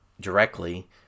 directly